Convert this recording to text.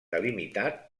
delimitat